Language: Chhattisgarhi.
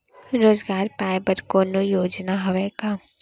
रोजगार पाए बर कोनो योजना हवय का?